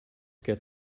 get